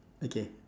okay